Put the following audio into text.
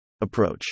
Approach